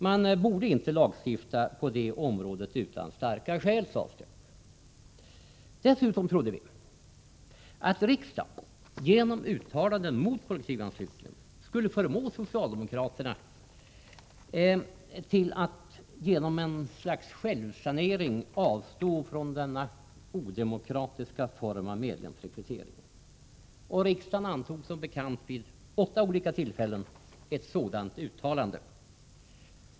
Man borde inte lagstifta på det området utan starka skäl, sades det. Dessutom trodde vi att riksdagen genom uttalanden mot kollektivanslutning skulle förmå socialdemokraterna att som en självsanering avstå från denna odemokratiska form av medlemsrekrytering. Riksdagen antog som bekant vid åtta olika tillfällen ett sådant uttalande.